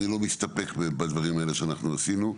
אני לא מסתפק בדברים האלה שאנחנו עישנו.